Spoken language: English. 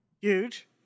Huge